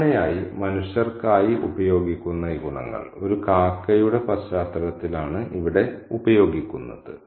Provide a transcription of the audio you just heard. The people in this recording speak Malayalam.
സാധാരണയായി മനുഷ്യർക്കായി ഉപയോഗിക്കുന്ന ഈ ഗുണങ്ങൾ ഒരു കാക്കയുടെ പശ്ചാത്തലത്തിലാണ് ഇവിടെ ഉപയോഗിക്കുന്നത്